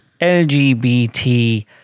LGBT